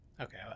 Okay